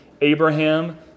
Abraham